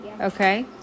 Okay